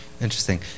Interesting